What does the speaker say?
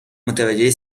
متوجه